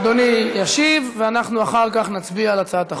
אדוני ישיב, ואנחנו אחר כך נצביע על הצעת החוק,